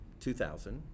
2000